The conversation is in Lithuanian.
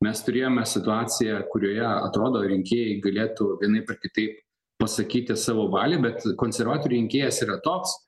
mes turėjome situaciją kurioje atrodo rinkėjai galėtų vienaip ar kitaip pasakyti savo valią bet konservatoriai rinkėjas yra toks